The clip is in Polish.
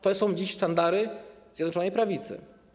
To są dziś sztandary Zjednoczonej Prawicy.